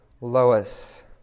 Lois